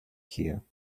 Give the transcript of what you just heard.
here